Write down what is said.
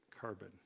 carbon